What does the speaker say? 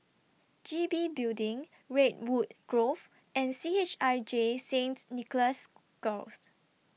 G B Building Redwood Grove and C H I J Saints Nicholas Girls